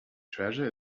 treasure